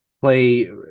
play